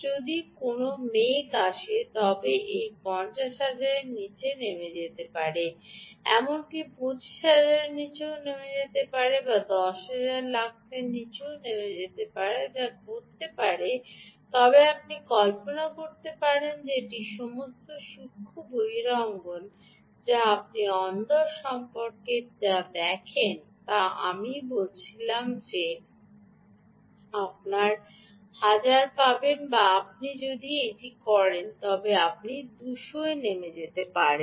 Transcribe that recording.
যদি কোনও মেঘ আসে তবে এটি 50000 এর নিচে নেমে যেতে পারে এমনকি 25000 এর নিচেও হতে পারে 10000 লাক্সের নিচে হতে পারে যা ঘটতে পারে তবে আপনি কল্পনা করতে পারেন যে এটি সমস্ত সূক্ষ্ম বহিরঙ্গন যা আপনি অন্দর সম্পর্কে যা দেখেন তা আমিই ছিল বলছেন যদি আপনি এটি করেন তবে আপনার 1000 পাবেন এবং আপনি যদি এটি করেন তবে আপনি 200 এ নেমে যাবেন